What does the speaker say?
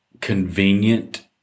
convenient